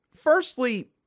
firstly